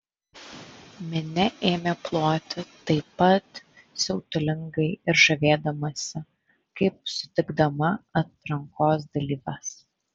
minia ėmė ploti taip pat siautulingai ir žavėdamasi kaip sutikdama atrankos dalyves